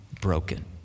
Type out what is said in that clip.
broken